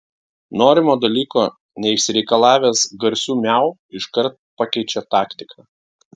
norimo dalyko neišsireikalavęs garsiu miau iškart pakeičia taktiką